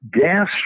gas